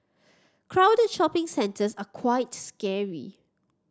crowded shopping centres are quite scary